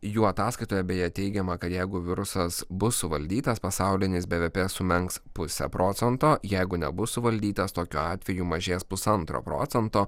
jų ataskaitoje beje teigiama kad jeigu virusas bus suvaldytas pasaulinis bvp sumenks puse procento jeigu nebus suvaldytas tokiu atveju mažės pusantro procento